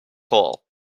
coal